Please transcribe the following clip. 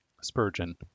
Spurgeon